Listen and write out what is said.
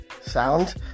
sound